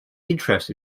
interest